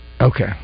Okay